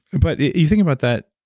but you think about that,